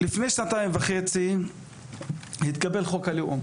לפני שנתיים וחצי התקבל חוק הלאום,